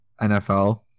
nfl